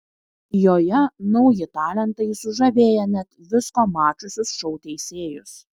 joje nauji talentai sužavėję net visko mačiusius šou teisėjus